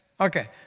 Okay